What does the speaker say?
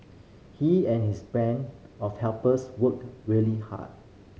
he and his band of helpers worked really hard